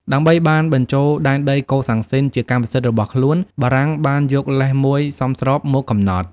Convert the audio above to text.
ដើម្បីបានបញ្ចូលដែនដីកូសាំងស៊ីនជាកម្មសិទ្ធិរបស់ខ្លួន បារាំងបានយកលេសមួយសមស្របមកកំណត់។